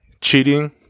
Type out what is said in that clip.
cheating